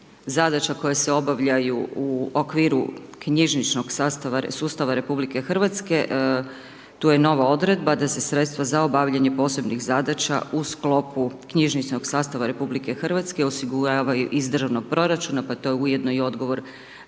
zadaća koje je obavljaju u okviru knjižničnog sastava sustava RH tu je nova odredba da se sredstva za obavljanje posebnih zadaća u sklopu knjižničnog sastava RH osiguravaju iz državnog proračuna, pa je to ujedno i odgovor